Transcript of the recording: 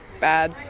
bad